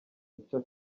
ica